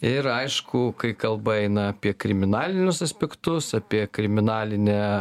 ir aišku kai kalba eina apie kriminalinius aspektus apie kriminalinę